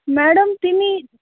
madam तिमी